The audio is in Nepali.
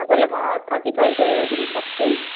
तपाईँलाई म थर्टी फाइभ गरेर दिनसक्छु